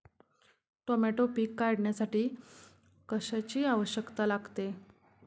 Tomato पीक काढण्यासाठी कशाची आवश्यकता लागते?